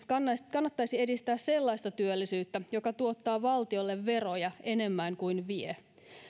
kannattaisi edistää sellaista työllisyyttä joka tuottaa valtiolle veroja enemmän kuin vie